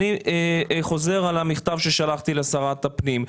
אני חוזר על המכתב ששלחתי לשרת הפנים.